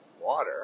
water